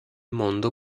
mondo